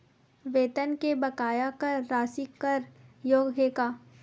वेतन के बकाया कर राशि कर योग्य हे का?